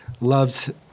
loves